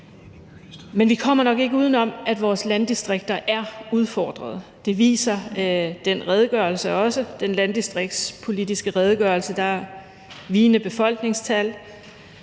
Men vi kommer nok ikke uden om, at vores landdistrikter er udfordrede, det viser den landdistriktspolitiske redegørelse også, der er vigende befolkningstal,